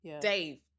Dave